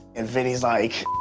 and vinny's like,